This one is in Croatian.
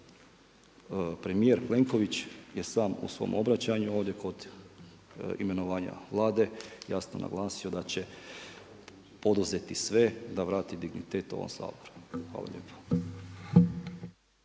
premijer Plenković je sam u svom obraćanju ovdje kod imenovanja Vlade jasno naglasio da će poduzeti sve da vrati dignitet ovom Saboru. Hvala lijepo.